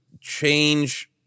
change